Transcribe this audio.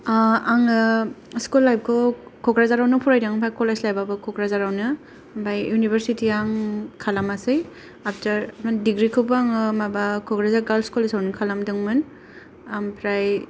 आंङो स्कुल लाइफखौ क'क्राझारावनो फरायदों आमफ्राय कलेज लाइफ आबो क'क्राझारावनो आमफ्राय इउनिभारसिटि आ आं खालामासै आफटार डिग्रिखौबो आंङो माबा क'कराझार गार्लस कलेजावनो खालामदोंमोन आमफ्राय